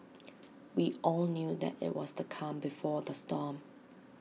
we all knew that IT was the calm before the storm